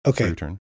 Okay